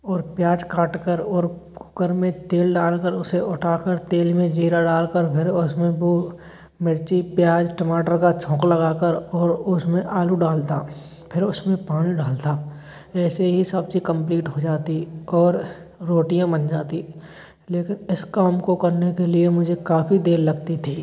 और प्याज काट कर और कुकर में तेल डाल कर उसे उतार कर तेल में जीरा डाल कर फिर और उसमें वो मिर्ची प्याज टमाटर का छौंक लगा कर और उसमें आलू डालता फिर और उसमें पानी डालता जैसे ही सब्ज़ी कम्प्लीट हो जाती और रोटियाँ बन जाती लेकिन इस काम को करने के लिए मुझे काफ़ी देर लगती थी